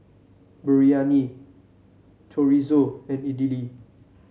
Biryani Chorizo and Idili